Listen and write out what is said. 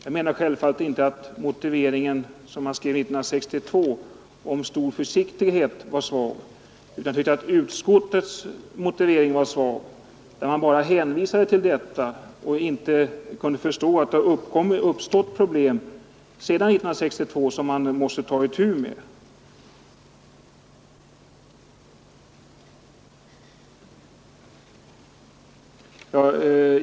Jag menar självfallet inte att det argument om stor försiktighet som man anförde 1962 var en svag motivering, men jag tycker att utskottets motivering är svag när utskottet bara hänvisar till detta och inte kan förstå att det har uppstått problem sedan 1962 som man måste ta itu med.